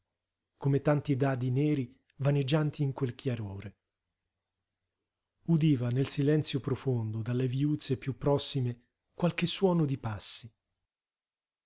come tanti dadi neri vaneggianti in quel chiarore udiva nel silenzio profondo dalle viuzze piú prossime qualche suono di passi